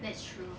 that's true